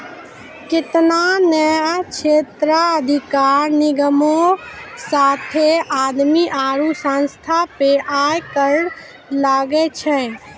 केतना ने क्षेत्राधिकार निगमो साथे आदमी आरु संस्था पे आय कर लागै छै